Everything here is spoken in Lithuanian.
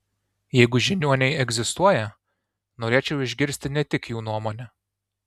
jeigu žiniuoniai egzistuoja norėčiau išgirsti ne tik jų nuomonę